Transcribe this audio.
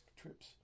trips